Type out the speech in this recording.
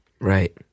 Right